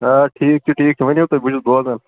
آ ٹھیٖک چھُ ٹھیٖک چھُ ؤنِو تُہۍ بہٕ چھُس بوزان